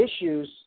issues